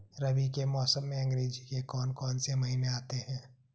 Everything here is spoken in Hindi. रबी के मौसम में अंग्रेज़ी के कौन कौनसे महीने आते हैं?